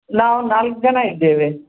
ನಾವು ನಾಲ್ಕು ಜನ ಇದ್ದೇವೆ